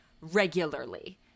regularly